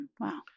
Wow